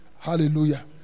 hallelujah